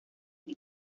del